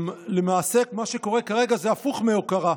למעשה מה שקורה כרגע זה הפוך מהוקרה,